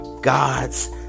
god's